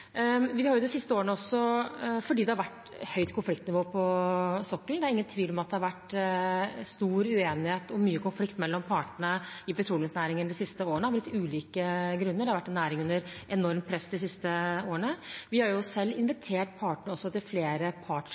Det har vært høyt konfliktnivå på sokkelen, det er ingen tvil om at det har vært stor uenighet og mye konflikt mellom partene i petroleumsnæringen de siste årene, av litt ulike grunner – det har vært en næring under et enormt press. Vi har selv invitert partene til flere partssammensatte arbeidsgrupper, og vi har invitert parter